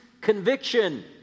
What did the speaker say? conviction